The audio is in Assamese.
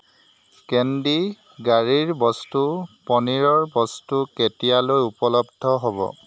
কেণ্ডি গাড়ীৰ বস্তু পনীৰৰ বস্তু কেতিয়ালৈ উপলব্ধ হ'ব